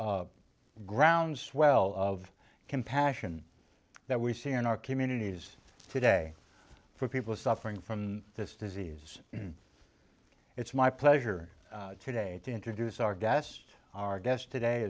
this groundswell of compassion that we see in our communities today for people suffering from this disease and it's my pleasure today to introduce our guest our guest today